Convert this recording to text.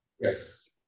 Yes